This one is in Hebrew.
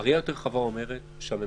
הראייה היותר רחבה אומרת שעל הממשלה,